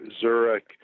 Zurich